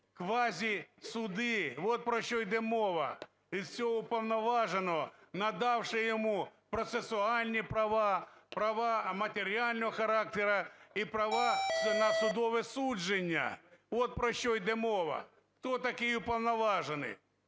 квазісуди, от про що йде мова, із цього уповноваженого, надавши йому процесуальні права, права матеріального характеру і права на судове судження. От про що йде мова. Хто такий уповноважений?